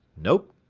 nope.